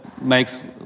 makes